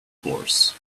horse